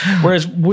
Whereas